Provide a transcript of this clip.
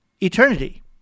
eternity